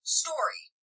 story